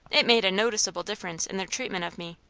it made a noticeable difference in their treatment of me.